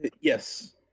Yes